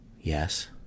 Yes